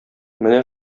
менә